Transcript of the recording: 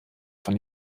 von